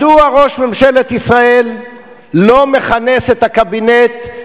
מדוע ראש ממשלת ישראל לא מכנס את הקבינט,